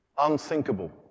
Unthinkable